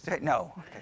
No